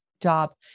job